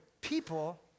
people